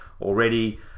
already